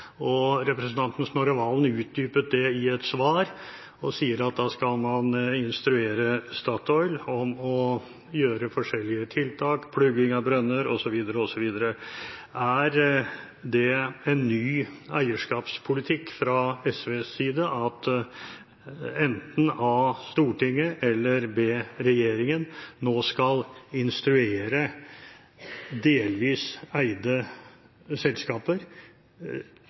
Representanten Snorre Serigstad Valen utdypet det i et svar og sa at da skal man instruere Statoil om å gjøre forskjellige tiltak, plugging av brønner osv. Er det en ny eierskapspolitikk fra SVs side at enten a) Stortinget, eller b) regjeringen nå skal instruere delvis eide selskaper